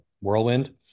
Whirlwind